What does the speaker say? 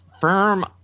firm